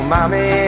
Mommy